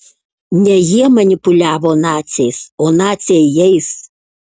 ne jie manipuliavo naciais o naciai jais